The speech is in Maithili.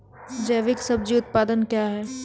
जैविक सब्जी उत्पादन क्या हैं?